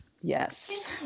Yes